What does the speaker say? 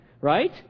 right